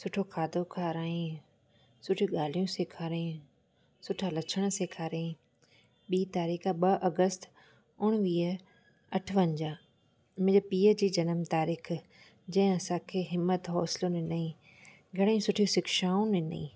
सुठो खाधो खारायई सुठियूं ॻाल्हियूं सिखारियई सुठा लछण सिखारियई ॿीं तारीख ॿ अगस्त उणिवीह अठवंजाह मुंहिंजे पीउ जी जनमु तारीख़ जंहिं असांखे हिम्मत हौसलो ॾिनई घणेई सुठियूं शिक्षाऊं ॾिनई